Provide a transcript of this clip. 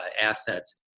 assets